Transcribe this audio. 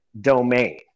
domain